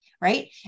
Right